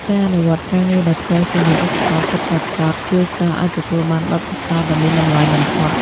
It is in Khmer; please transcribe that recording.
ការអនុវត្តការងារដោយផ្ទាល់ជាមួយឧបករណ៍ពិតប្រាកដជួយសិស្សឱ្យទទួលបានបទពិសោធន៍ដ៏មានតម្លៃបំផុត។